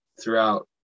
throughout